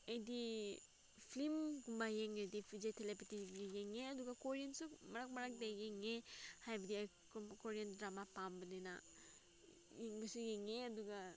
ꯑꯩꯗꯤ ꯐꯤꯂꯝꯒꯨꯝꯕ ꯌꯦꯡꯉꯗꯤ ꯕꯤꯖꯦ ꯊꯂꯥꯄꯊꯤꯒꯤ ꯌꯦꯡꯉꯦ ꯑꯗꯨꯒ ꯀꯣꯔꯤꯌꯥꯟꯁꯨ ꯃꯔꯛ ꯃꯔꯛꯇ ꯌꯦꯡꯉꯦ ꯍꯥꯏꯕꯗꯤ ꯑꯩ ꯀꯣꯔꯤꯌꯥꯟ ꯗ꯭ꯔꯃꯥ ꯄꯥꯝꯕꯅꯤꯅ ꯌꯦꯡꯕꯁꯨ ꯌꯦꯡꯉꯦ ꯑꯗꯨꯒ